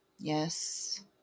Yes